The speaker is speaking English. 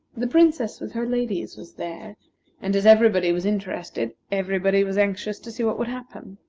the princess with her ladies was there and as everybody was interested, everybody was anxious to see what would happen.